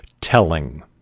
telling